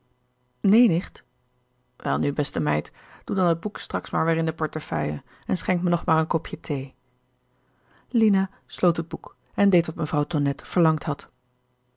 neen nicht welnu beste meid doe dan het boek straks maar weer in de portefeuille en schenk me nog maar een kopje thee lina sloot het boek en deed wat mevrouw tonnette verlangd had